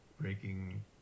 breaking